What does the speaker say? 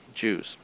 Jews